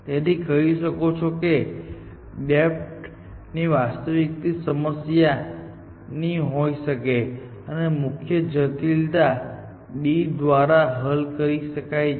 તેથી તમે કહી શકો છો કે ડેપ્થ ની વાસ્તવિક સમસ્યા T ની હોઈ શકે છે અને મુખ્ય જટિલતા d દ્વારા હલ કરી શકાય છે